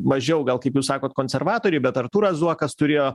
mažiau gal kaip jūs sakot konservatoriai bet artūras zuokas turėjo